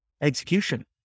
execution